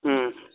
हूँ